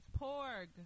Porg